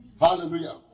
Hallelujah